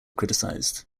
criticised